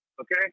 okay